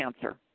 cancer